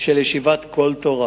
ישיבת "קול תורה"